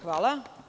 Hvala.